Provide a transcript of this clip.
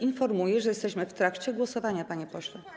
Informuję, że jesteśmy w trakcie głosowania, panie pośle.